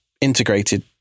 integrated